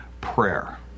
prayer